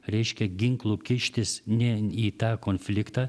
reiškia ginklu kištis ne į tą konfliktą